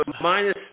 minus